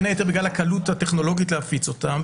בין היתר בגלל הקלות הטכנולוגית להפיץ אותם,